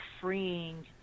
freeing